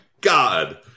God